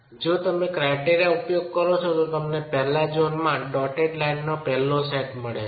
જો તમે તે ક્રાયટેરિયા ઉપયોગ કરો છો તો તમને પ્રથમ ઝોનમાં ડોટેડ લાઇનોનો પ્રથમ સેટ મળશે